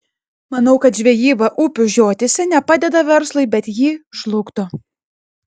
manau kad žvejyba upių žiotyse ne padeda verslui bet jį žlugdo